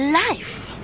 life